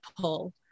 pull